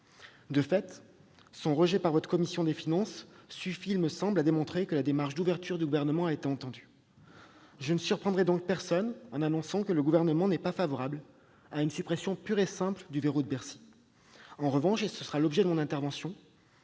De fait, le rejet du texte par votre commission des finances suffit, me semble-t-il, à démontrer que la démarche d'ouverture du Gouvernement a été entendue. Je ne surprendrai donc personne en annonçant que le Gouvernement n'est pas favorable à une suppression pure et simple du « verrou de Bercy ». En revanche, et ce sera l'objet de mon intervention,